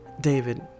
David